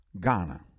Ghana